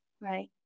right